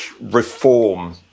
reform